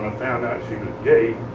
ah found out she was gay,